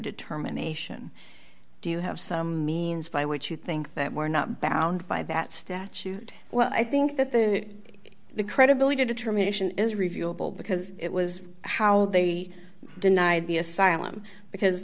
determination do you have some means by which you think that we're not bound by that statute well i think that the the credibility determination is reviewable because it was how they denied the asylum because